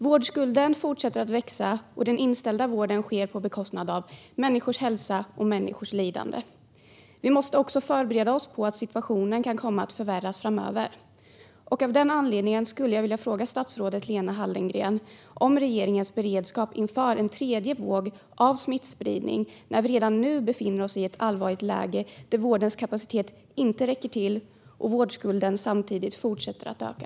Vårdskulden fortsätter att växa, och den inställda vården sker på bekostnad av människors hälsa och människors lidande. Vi måste också förbereda oss på att situationen kan komma att förvärras framöver. Av den anledningen skulle jag vilja fråga statsrådet Lena Hallengren om regeringens beredskap inför en tredje våg av smittspridning, när vi redan nu befinner oss i ett allvarligt läge där vårdens kapacitet inte räcker till och vårdskulden samtidigt fortsätter att öka.